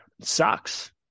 Sucks